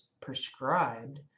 prescribed